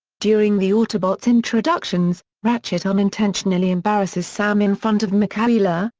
during the autobots' introductions, ratchet unintentionally embarrasses sam in front of mikaela,